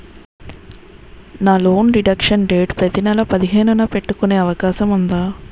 నా loan deduction date ప్రతి నెల పదిహేను న పెట్టుకునే అవకాశం ఉందా?